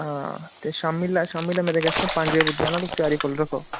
आं ते शामी लै शामी लै मेरे गेस्ट पंज बजे पुज्जी जाने तुस त्यारी करी रक्खो